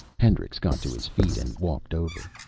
hendricks got to his feet and walked over.